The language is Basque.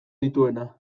dituena